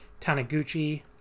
Taniguchi